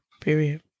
Period